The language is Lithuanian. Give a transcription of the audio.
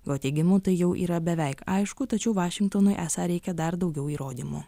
o teigimu tai jau yra beveik aišku tačiau vašingtonui esą reikia dar daugiau įrodymų